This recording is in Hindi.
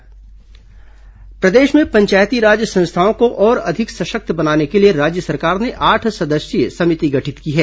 पंचायत अधिकार समिति गठित प्रदेश में पंचायती राज संस्थाओं को और अधिक सशक्त बनाने के लिए राज्य सरकार ने आठ सदस्यीय समिति गठित की है